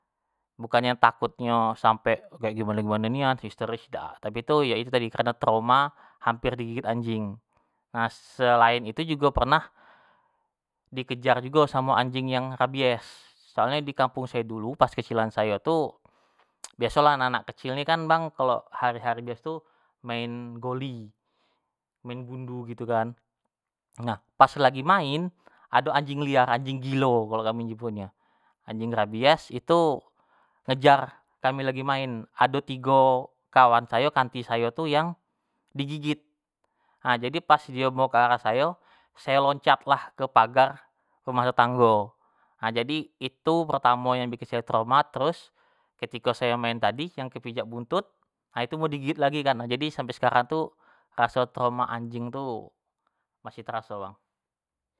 Bukannyo takutnyo sampek kek gimano-gimano nian histeris dak tapi tu yo itu tadi kareno trauma hampir digigit anjing nah s-selain itu jugo pernah dikejar jugo samo anjing yang rabies soalnyo dikampung sayo dulu pas kecilan sayo tu biasolah anak anak kecil ini kan bang kalo hari hari biaso tu main goli main gundu gitu kan, pas kami lagi main ado anjing liar anjing gilo kalo kami nyebutnyo, anjing rabies itu ngejar kami lagi main ado tigo kawan sayo kanti sayo tu yang digigit, ha jadi pas dio mau ke arah sayo, sayo loncatlah ke pagar rumah tetanggo, jadi itu pertamo yang bikin sayo trauma, terus ketiko sayo main tadi yang kepijak buntut ha itu mau digigit lagi kan jadi sampai sekarang tu raso trauma anjing tu masih teraso bang.